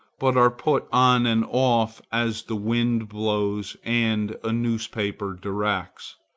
but are put on and off as the wind blows and a newspaper directs.